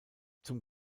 zum